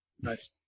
Nice